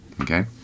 okay